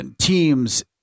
teams